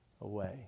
away